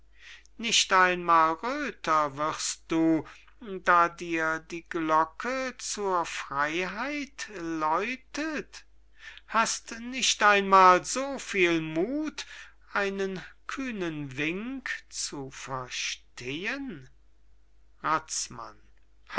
nicht einmal röther wirst du da dir die glocke zur freyheit läutet hast nicht einmal so viel muth einen kühnen wink zu verstehen